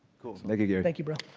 cool, thank you gary. thank you bro.